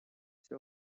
все